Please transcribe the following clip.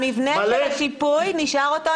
במכסה יש לו שישה ימים,